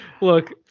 Look